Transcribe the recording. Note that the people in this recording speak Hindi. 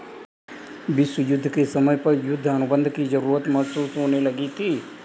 विश्व युद्ध के समय पर युद्ध अनुबंध की जरूरत महसूस होने लगी थी